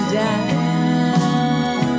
down